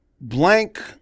Blank